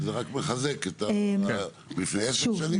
שזה רק מחזק, לפני 10 שנים כמעט.